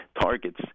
targets